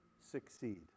succeed